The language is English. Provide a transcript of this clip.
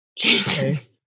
Jesus